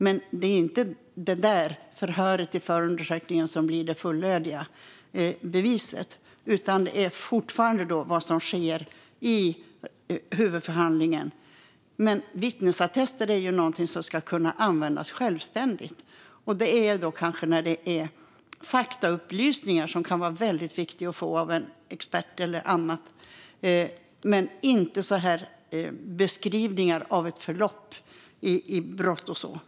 Men det är inte förhöret i förundersökningen som blir det fullödiga beviset, utan det är fortfarande vad som sker i huvudförhandlingen. Vittnesattester är ju något som ska kunna användas självständigt. Det kan vara faktaupplysningar som kan vara viktiga att få av en expert eller annat. Men det är inte beskrivningar av ett förlopp vid brott och sådant.